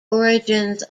origins